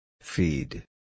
Feed